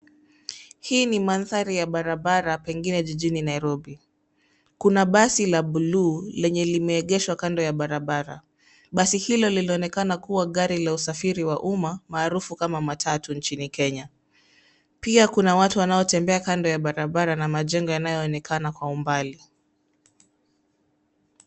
Hii ni mandhari ya barabara, pengine jijini Nairobi. Kuna basi la buluu lenye limeegeshwa kando ya barabara. Basi hilo lililoonekana kuwa gari la usafiri wa umma maarufu kama matatu nchini Kenya. Pia kuna watu wanaotembea kando ya barabara na majengo yanayoonekana kwa umbali.